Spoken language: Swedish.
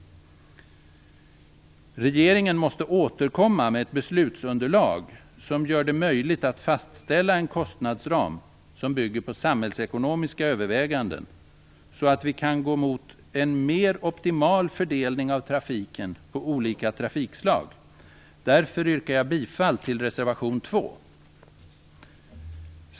Regeringen måste återkomma med ett beslutsunderlag som gör det möjligt att fastställa en kostnadsram som bygger på samhällsekonomiska överväganden, så att vi kan gå mot en mer optimal fördelning av trafiken på olika trafikslag. Därför yrkar jag bifall till reservation 2.